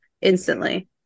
instantly